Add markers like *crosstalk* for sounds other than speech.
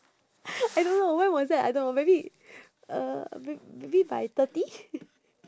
*noise* I don't know when was that I don't know maybe uh m~ maybe by thirty